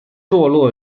座落